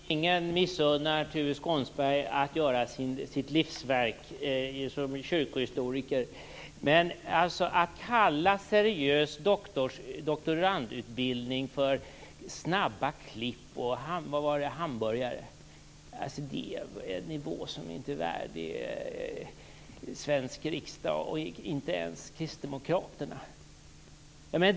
Fru talman! Ingen missunnar Tuve Skånberg att göra sitt livsverk som kyrkohistoriker. Men att kalla seriös doktorandutbildning för snabba klipp och tala om hamburgersamhälle och vad det var tycker jag är en nivå som inte är värdig svensk riksdag och inte ens kristdemokraterna.